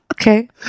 Okay